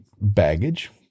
baggage